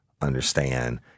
understand